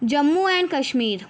Jammu and Kashmir